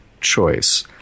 choice